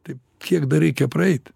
tai kiek dar reikia praeit